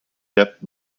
debt